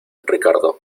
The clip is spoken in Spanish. ricardo